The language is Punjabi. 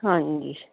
ਹਾਂਜੀ